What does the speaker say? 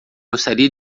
gostaria